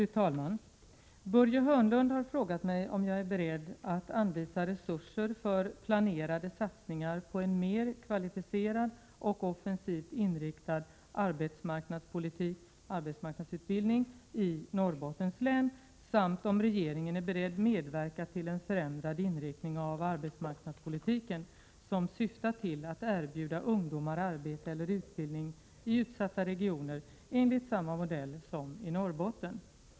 Fru talman! Börje Hörnlund har frågat mig om jag är beredd att anvisa resurser för planerade satsningar på en mer kvalificerad och offensivt inriktad arbetsmarknadspolitik/arbetsmarknadsutbildning i Norrbottens län samt om regeringen är beredd medverka till en förändrad inriktning av arbetsmarknadspolitiken som syftar till att erbjuda ungdomar arbete eller utbildning i utsatta regioner enligt samma modell som i Norrbotten.